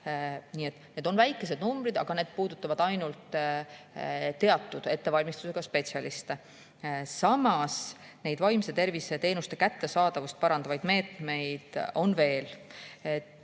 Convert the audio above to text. Need on väikesed numbrid, aga need puudutavad ainult teatud ettevalmistusega spetsialiste. Samas, vaimse tervise teenuste kättesaadavust parandavaid meetmeid on veel.